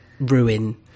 ruin